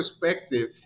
perspective